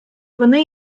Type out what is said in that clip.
вони